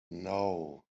naŭ